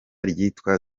ryitwa